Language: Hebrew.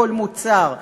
לכל מוצר,